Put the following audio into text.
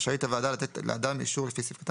רשאית הוועדה לתת לאדם אישור לפי סעיף קטן